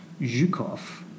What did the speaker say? Zhukov